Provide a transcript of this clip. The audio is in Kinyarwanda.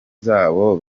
zabo